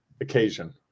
occasion